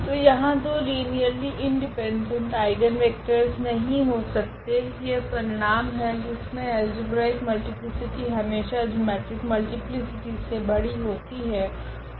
तो यहाँ दो लीनियरली इंडिपेंडेंट आइगनवेक्टरस नहीं हो सकते यह परिणाम है जिसमे अल्जेब्रिक मल्टीप्लीसिटी हमेशा जिओमेट्रिक मल्टीप्लीसिटी से बड़ी होती है